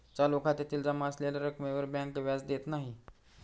चालू खात्यातील जमा असलेल्या रक्कमेवर बँक व्याज देत नाही